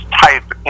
type